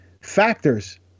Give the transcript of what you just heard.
factors